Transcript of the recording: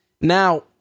Now